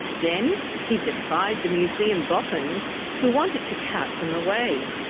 then he defied the museum boffins who wanted to cart them away.